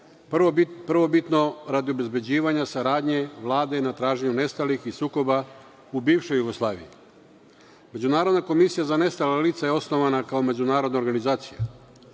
prvobitno radi obezbeđivanja saradnje Vlade na traženju nestalih iz sukoba u bivšoj Jugoslaviji. Međunarodna komisija za nestala lica je osnovana kao međunarodna organizacija.